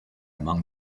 among